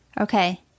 Okay